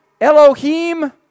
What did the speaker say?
Elohim